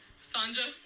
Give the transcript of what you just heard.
Sanja